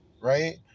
right